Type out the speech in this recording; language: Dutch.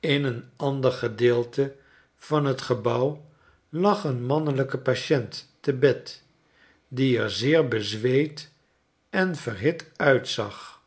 in een ander gedeelte van t gebouw lag een mannelijk patient te bed die er zeer bezweet en verhit uitzag